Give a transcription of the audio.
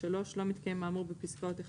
(3) לא מתקיים האמור בפסקאות (1)